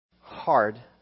hard